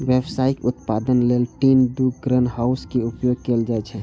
व्यावसायिक उत्पादन लेल लीन टु ग्रीनहाउस के उपयोग कैल जाइ छै